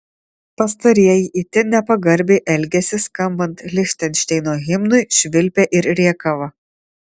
pastarieji itin nepagarbiai elgėsi skambant lichtenšteino himnui švilpė ir rėkavo